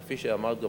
כפי שגם אמרת,